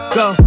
go